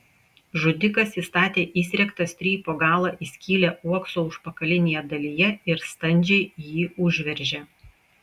žudikas įstatė įsriegtą strypo galą į skylę uokso užpakalinėje dalyje ir standžiai jį užveržė